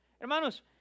Hermanos